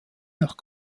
nach